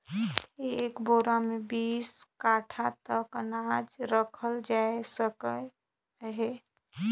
एक बोरा मे बीस काठा तक अनाज रखल जाए सकत अहे